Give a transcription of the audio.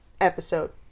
episode